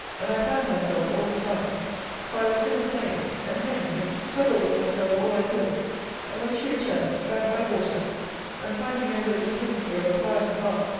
and i fanned myself all the time for i was in a flame and hemmed, and struggled with myself all i could and, when she returned, drank my water and finding no hope presently of a quieter heart,